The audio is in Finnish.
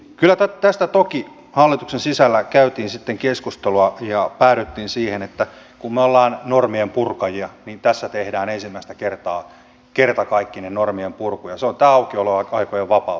kyllä tästä toki hallituksen sisällä käytiin sitten keskustelua ja päädyttiin siihen että kun me olemme normien purkajia niin tässä tehdään ensimmäistä kertaa kertakaikkinen normien purku ja se on tämä aukioloaikojen vapauttaminen